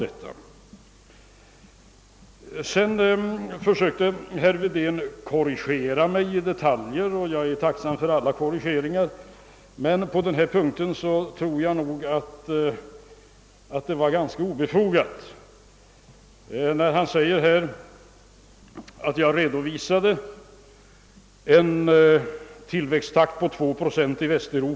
Herr Wedén försökte korrigera mig i några detaljer — möjligen var det herr Bohman som tog upp dettta; vem av er det nu var, är min replik riktad till den av er som tog upp saken.